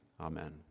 amen